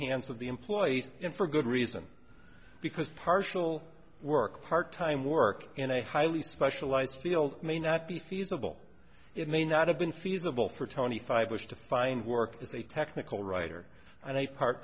hands of the employees in for good reason because partial work part time work in a highly specialized field may not be feasible it may not have been feasible for tony five wished to find work as a technical writer and a part